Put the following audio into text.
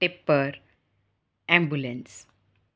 tipper ambulance